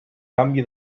canvi